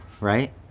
right